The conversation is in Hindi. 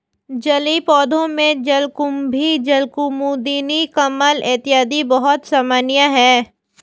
जलीय पौधों में जलकुम्भी, जलकुमुदिनी, कमल इत्यादि बहुत सामान्य है